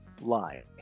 lie